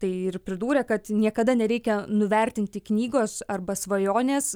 tai ir pridūrė kad niekada nereikia nuvertinti knygos arba svajonės